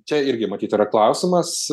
čia irgi matyt yra klausimas